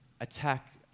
attack